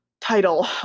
title